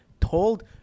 told